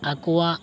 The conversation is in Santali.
ᱟᱠᱚᱣᱟᱜ